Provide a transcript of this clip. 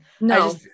no